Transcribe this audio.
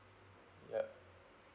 ya